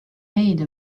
made